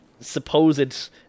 supposed